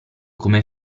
come